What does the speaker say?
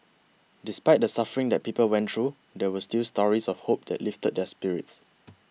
despite the suffering that people went through there were still stories of hope that lifted their spirits